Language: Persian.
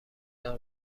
دار